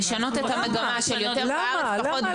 למה לא